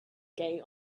gay